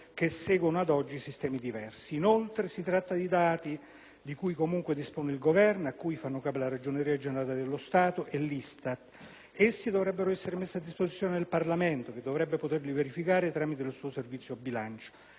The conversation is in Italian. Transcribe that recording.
che seguono ad oggi sistemi diversi. Inoltre, si tratta di dati di cui comunque dispone il Governo, a cui fanno capo la Ragioneria generale dello Stato e l'ISTAT. Essi dovrebbero essere messi a disposizione del Parlamento, che dovrebbe poterli verificare tramite il suo Servizio di bilancio.